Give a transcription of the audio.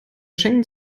schengen